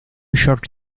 york